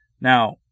Now